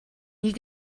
you